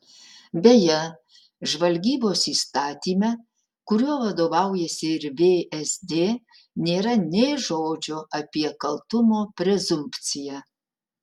beje žvalgybos įstatyme kuriuo vadovaujasi ir vsd nėra nė žodžio apie kaltumo prezumpciją